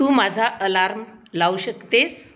तू माझा अलार्म लावू शकतेस